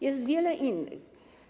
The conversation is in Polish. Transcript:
Jest wiele innych.